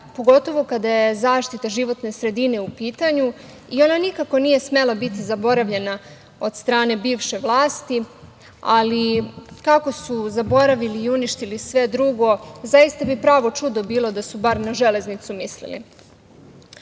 pogotovo kada je zaštita životne sredine u pitanju i ona nikako nije smela biti zaboravljena od strane bivše vlasti, ali kako su zaboravili i uništili sve drugo zaista bi pravo čudo bilo da su bar na železnicu mislili. Osvrnuću